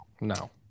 No